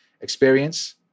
experience